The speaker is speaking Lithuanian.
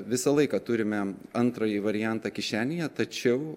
visą laiką turime antrąjį variantą kišenėje tačiau